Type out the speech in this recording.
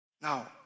Now